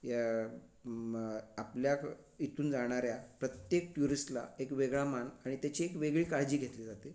ह्या म आपल्या इथून जाणाऱ्या प्रत्येक टुरिस्टला एक वेगळा मान आणि त्याची एक वेगळी काळजी घेतली जाते